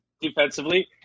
defensively